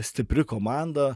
stipri komanda